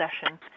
session